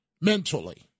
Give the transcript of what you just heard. mentally